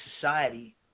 society